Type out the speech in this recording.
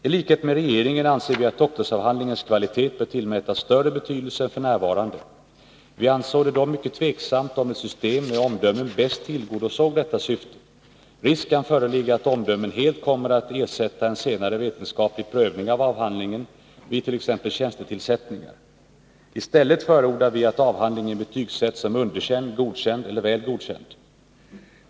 I likhet med regeringen anser vi att doktorsavhandlingens kvalitet bör tillmätas större betydelse än f. n. Vi ansåg det dock mycket tvivelaktigt om ett system med omdömen bäst tillgodosåg detta syfte. Risk kan föreligga att omdömen helt kommer att ersätta en senare vetenskaplig prövning av avhandlingen vid t.ex. tjänstetillsättningar. I stället förordar vi att avhandlingen betygsätts som underkänd, godkänd eller väl godkänd.